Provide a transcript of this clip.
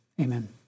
Amen